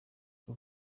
uko